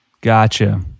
gotcha